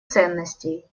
ценностей